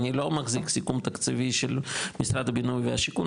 אני לא מחזיק סיכום תקציבי של משרד הבינוי והשיכון,